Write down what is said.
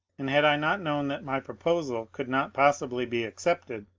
and had i not known that my proposal could not possibly be accepted,